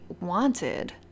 wanted